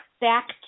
back